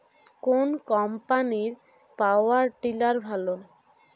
কোন কম্পানির power tiller ভালো?